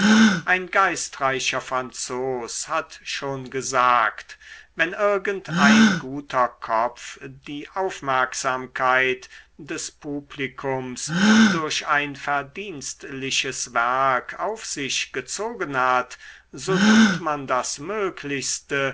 ein geistreicher franzos hat schon gesagt wenn irgend ein guter kopf die aufmerksamkeit des publikums durch ein verdienstliches werk auf sich gezogen hat so tut man das möglichste